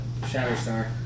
Shatterstar